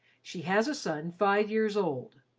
she has a son five years old.